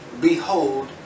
Behold